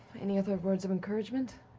any other words of encouragement?